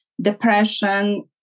depression